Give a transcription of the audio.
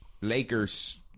Lakers